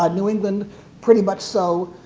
ah new england pretty much so.